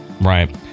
right